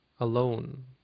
alone